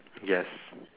yes